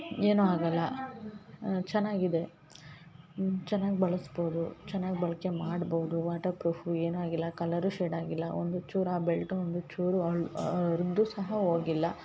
ಏನು ಆಗಲ್ಲ ಚೆನ್ನಾಗಿದೆ ಚೆನ್ನಾಗಿ ಬಳ್ಸ್ಬೌದು ಚೆನ್ನಾಗಿ ಬಳಕೆ ಮಾಡ್ಬೌದು ವಾಟರ್ ಫ್ರೂಫ್ ಏನು ಆಗಿಲ್ಲ ಕಲರು ಶೇಡ್ ಆಗಿಲ್ಲ ಒಂದು ಚೂರು ಆ ಬೆಲ್ಟು ಒಂದು ಚೂರು ಹಾಳ್ ಹರ್ದು ಸಹ ಹೋಗಿಲ್ಲ